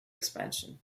expansion